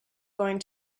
going